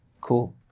Cool